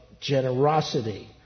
generosity